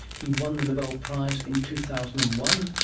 he won the nobel prize in two thousand and one,